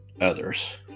others